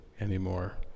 anymore